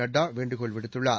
நட்டா வேண்டுகோள் விடுத்துள்ளார்